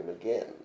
again